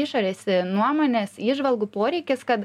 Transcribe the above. išorės nuomonės įžvalgų poreikis kad